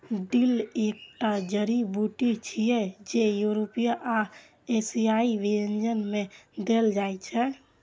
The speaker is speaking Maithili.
डिल एकटा जड़ी बूटी छियै, जे यूरोपीय आ एशियाई व्यंजन मे देल जाइ छै